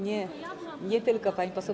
Nie, nie tylko, pani poseł.